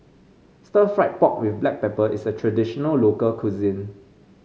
Stir Fried Pork with Black Pepper is a traditional local cuisine